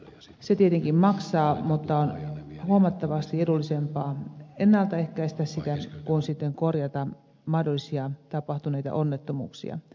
se tietenkin maksaa mutta on huomattavasti edullisempaa ennalta ehkäistä sitä kuin sitten korjata mahdollisia tapahtuneita onnettomuuksia